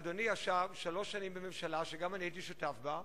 אדוני ישב שלוש שנים בממשלה שגם אני הייתי שותף בה,